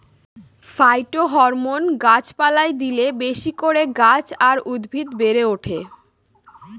phytohormone গাছ পালায় দিলে বেশি করে গাছ আর উদ্ভিদ বেড়ে ওঠে